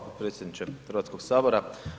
potpredsjedniče Hrvatskog sabora.